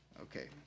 Okay